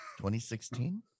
2016